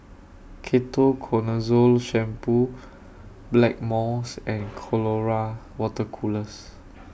Ketoconazole Shampoo Blackmores and Colora Water Colours